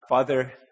Father